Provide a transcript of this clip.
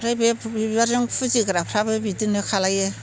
ओमफ्राय बे बिबारजों फुजिग्राफ्राबो बिदिनो खालामो